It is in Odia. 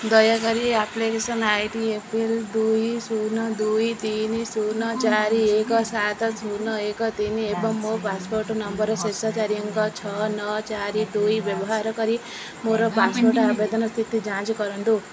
ଦୟାକରି application I D A P L ଦୁଇ ଶୂନ ଦୁଇ ତିନି ଶୂନ ଚାରି ଏକ ସାତ ଶୂନ ଏକ ତିନି ଏବଂ ମୋ ପାସପୋର୍ଟ ନମ୍ବରର ଶେଷ ଚାରି ଅଙ୍କ ଛଅ ନଅ ଚାରି ଦୁଇ ବ୍ୟବହାର କରି ମୋର ପାସପୋର୍ଟ ଆବେଦନ ସ୍ଥିତି ଯାଞ୍ଚ କରନ୍ତୁ